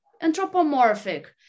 anthropomorphic